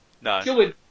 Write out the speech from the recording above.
No